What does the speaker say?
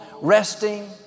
resting